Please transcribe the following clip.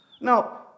Now